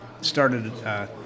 started